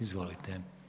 Izvolite.